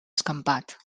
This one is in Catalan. escampat